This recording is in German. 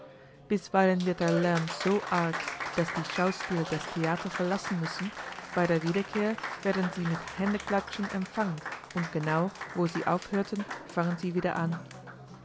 bisweilen wird der lärm so arg daß die schauspieler das theater verlassen müssen bei der wiederkehr werden sie mit händeklatschen empfangen und genau wo sie aufhörten fangen sie wieder an